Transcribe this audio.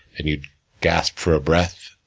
and you gasp for a breath,